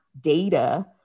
data